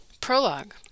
Prologue